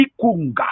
kunga